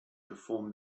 perform